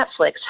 Netflix